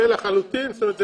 לחלוטין אני מקבל.